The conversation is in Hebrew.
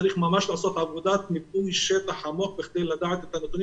צריך לעשות ממש עבודת מיפוי שטח עמוק כדי לדעת את הנתונים